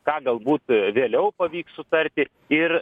ką galbūt vėliau pavyks sutarti ir